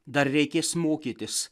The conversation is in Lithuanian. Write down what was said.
dar reikės mokytis